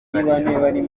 bibareba